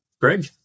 Greg